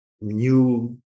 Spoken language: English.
new